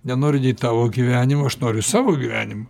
nenoriu tavo gyvenimo aš noriu savo gyvenimo